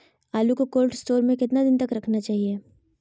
आलू को cold store में कितना दिन तक रखना चाहिए?